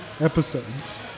episodes